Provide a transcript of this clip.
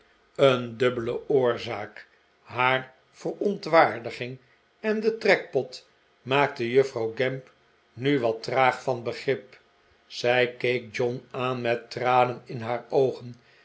een dubbele oorzaak haar verontwaardiging en de trekpot maakte juffrouw gamp nu wat traag van begrip zij keek john aan met tranen in haar oogen